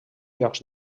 llocs